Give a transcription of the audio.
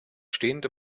stehende